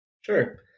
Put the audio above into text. Sure